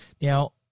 Now